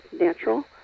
natural